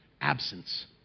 absence